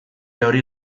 hori